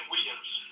Williams